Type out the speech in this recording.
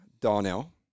Darnell